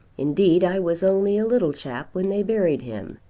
indeed i was only a little chap when they buried him.